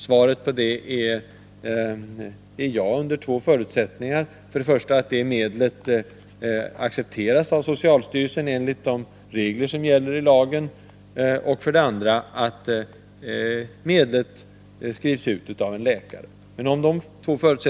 Svaret är ja under två förutsättningar, för det första att medlet accepteras av socialstyrelsen enligt de regler som gäller i lagen och för det andra att medlet skrivs ut av läkare.